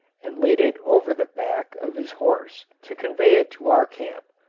and laid it over the back of his horse to convey it to our camp,